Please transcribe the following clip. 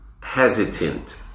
hesitant